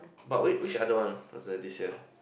but which which other one was there this year